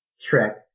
trick